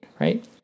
right